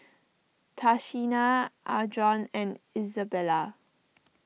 Tashina Adron and Izabella